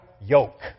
yoke